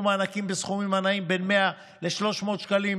יקבלו מענקים בסכומים הנעים בין 100 ל-300 שקלים,